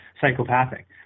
psychopathic